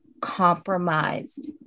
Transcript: compromised